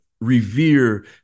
revere